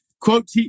quote